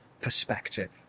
perspective